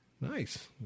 Nice